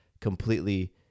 completely